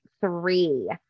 three